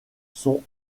sont